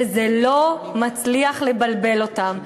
וזה לא מצליח לבלבל אותם.